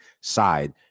side